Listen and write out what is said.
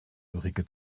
ulrike